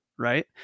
Right